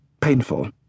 painful